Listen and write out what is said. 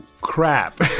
crap